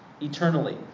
eternally